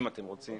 אם אתם רוצים.